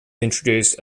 introduced